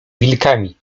wilkami